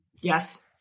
Yes